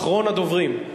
אחרון הדוברים.